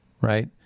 right